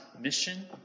mission